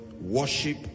worship